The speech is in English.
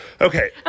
Okay